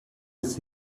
ist